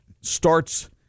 starts